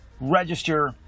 Register